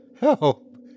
help